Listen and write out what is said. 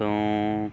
ਤੋਂ